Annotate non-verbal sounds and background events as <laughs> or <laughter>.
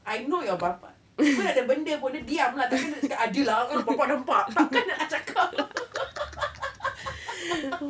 I know your papa even ada benda pun dia diam lah takkan dia nak cakap ada lah a'ah bapa nampak takkan dia nak cakap <laughs>